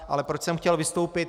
Ale proč jsem chtěl vystoupit.